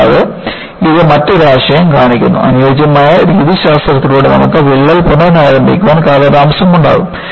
കൂടാതെ ഇത് മറ്റൊരു ആശയം കാണിക്കുന്നു അനുയോജ്യമായ രീതിശാസ്ത്രത്തിലൂടെ നമുക്ക് വിള്ളൽ പുനരാരംഭിക്കാൻ കാലതാമസമുണ്ടാകും